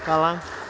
Hvala.